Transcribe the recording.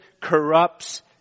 corrupts